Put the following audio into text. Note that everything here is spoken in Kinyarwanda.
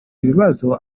ibibazo